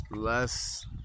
less